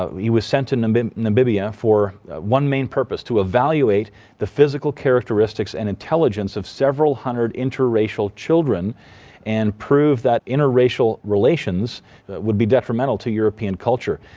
he was sent to namibia namibia for one main purpose. to evaluate the physical characteristics and intelligence of several hundred interracial children and prove that interracial relations would be detrimental to european culture.